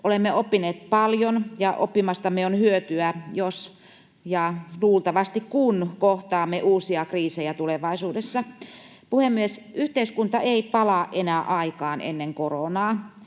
Olemme oppineet paljon, ja oppimastamme on hyötyä, jos — ja luultavasti kun — kohtaamme uusia kriisejä tulevaisuudessa. Puhemies! Yhteiskunta ei enää palaa aikaan ennen koronaa.